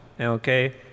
okay